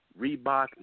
Reebok